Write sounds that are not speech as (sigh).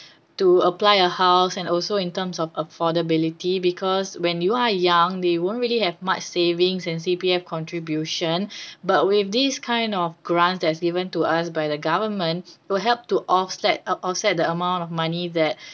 to apply a house and also in terms of affordability because when you are young they won't really have much savings and C_P_F contribution (breath) but with this kind of grants that's given to us by the government will help to offset uh offset the amount of money that (breath)